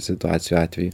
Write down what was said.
situacijų atveju